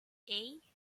hey